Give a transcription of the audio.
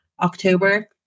October